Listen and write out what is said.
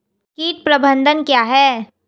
कीट प्रबंधन क्या है?